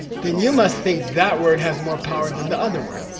then you must think that word has more power than the other word,